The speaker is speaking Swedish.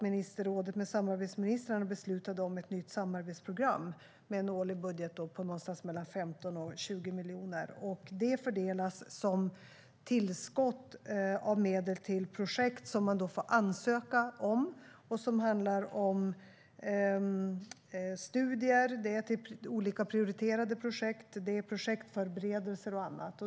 Ministerrådet med samarbetsministrarna har dessutom beslutat om ett nytt samarbetsprogram med en årlig budget på mellan 15 och 20 miljoner. Det fördelas som tillskott av medel till projekt som man får ansöka om och som handlar om studier, olika prioriterade projekt, projektförberedelser och annat.